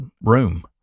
room